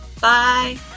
Bye